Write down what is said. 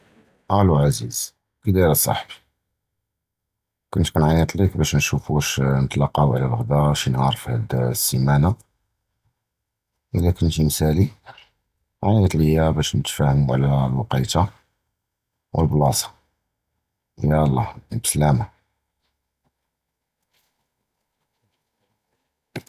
אַלּוּ עֲזִיז, כִּי דַאִיר אָצַחְבִּי? קִנְת קִנְעַיְט לִיכּ בַּאש נִשּוּף וְשַּׁא נִתְלַקּוּ עַל גַּ'דַא שִי נַהָאר פִי הַסִּימַאנָה הַדָּאקּ, אִלַא כִּנְתִי מֻסְלִי עַיְּט לִיָּא בַּאש נִתְפַּהַמּוּ עַל הַווַקְתַּה וְהַבְּלַאסְתּוּ, יַאלָּא בַּסְּלַאמָה.